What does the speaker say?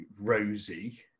rosy